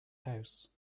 house